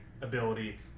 ability